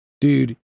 Dude